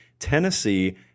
Tennessee